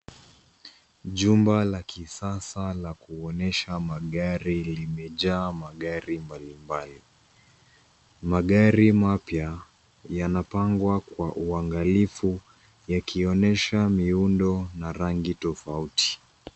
Jumba la kisasa la kuonyesha magari limejaa magari mbalimbali. Magari mapya yanapangwa kwa uangalifu yakionyesha miundo na rangi tofauti.